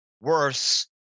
worse